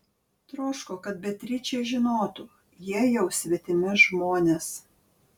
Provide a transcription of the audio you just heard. troško kad beatričė žinotų jie jau svetimi žmonės